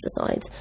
pesticides